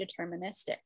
deterministic